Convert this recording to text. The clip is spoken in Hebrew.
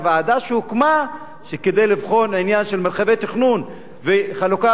שהוועדה שהוקמה כדי לבחון עניין של מרחבי תכנון וחלוקה